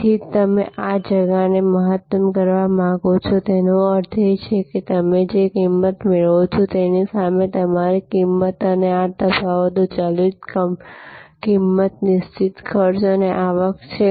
તેથી તમે આ જગાને મહત્તમ કરવા માંગો છોતેનો અર્થ એ છે કે તમે જે કિંમત મેળવો છો તેની સામે તમારી કિંમત અને આ તફાવતો ચલિત કિંમત નિશ્ચિત ખર્ચ અને આવક છે